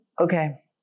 okay